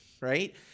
right